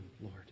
Lord